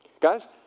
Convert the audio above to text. Guys